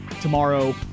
tomorrow